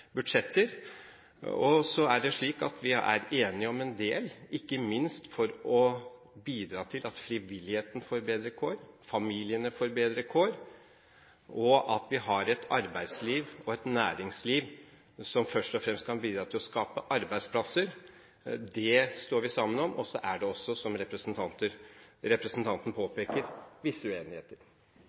ikke så veldig overrasket over de forskjellene man ser når man legger fire partiers budsjetter ved siden av hverandre. Disse partiene prioriterer selvfølgelig sin selvstendige politikk i sine alternative budsjetter. Det er slik at vi er enige om en del, ikke minst å bidra til at frivilligheten får bedre kår, at familiene får bedre kår, og at vi har et arbeidsliv og et næringsliv som først og fremst kan bidra til å skape